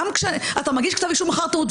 גם כשאתה מגיש כתב אישום אחרי הטעות,